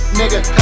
nigga